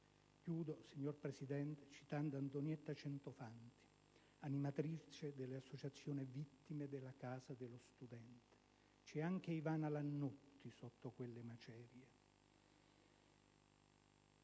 Chiudo, signor Presidente, citando Antonietta Centofanti, animatrice dell'associazione «Vittime della casa dello studente» (c'era anche Ivana Lannutti sotto quelle macerie;